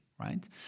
right